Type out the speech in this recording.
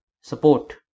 support